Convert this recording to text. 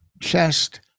chest